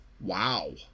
wow